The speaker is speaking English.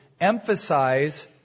emphasize